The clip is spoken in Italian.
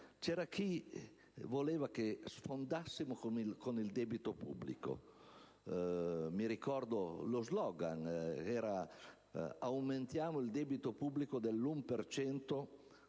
c'era chi voleva che sfondassimo con il debito pubblico. Lo slogan era «aumentiamo il debito pubblico dell'1